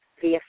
via